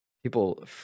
people